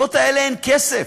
הנקודות האלה הן כסף.